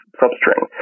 substring